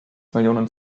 millionen